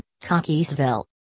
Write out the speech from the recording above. Cockeysville